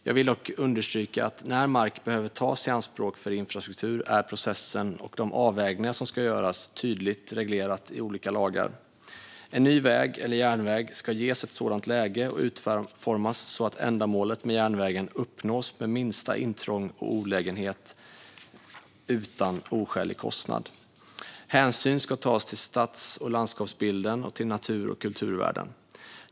Jag vill dock understryka att när mark behöver tas i anspråk för infrastruktur är processen och de avvägningar som ska göras tydligt reglerade i olika lagar. En ny väg eller järnväg ska ges ett sådant läge och utformas så att ändamålet med järnvägen uppnås med minsta intrång och olägenhet utan oskälig kostnad. Hänsyn ska tas till stads och landskapsbilden och till natur och kulturvärden.